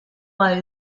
mal